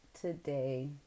today